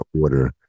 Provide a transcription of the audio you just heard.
order